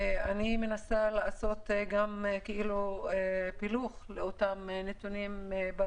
אני מנסה לעשות פילוח לאותם נתונים של